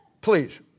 Please